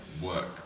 work